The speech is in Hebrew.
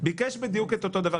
"ביקש בדיוק אותו דבר,